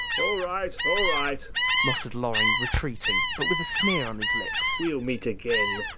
all right, all right muttered loring retreating, but with a sneer on his lips. we'll meet again,